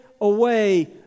away